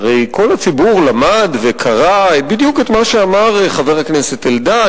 הרי כל הציבור למד וקרא בדיוק את מה שאמר חבר הכנסת אלדד,